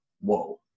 whoa